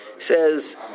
Says